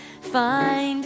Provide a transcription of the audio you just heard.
find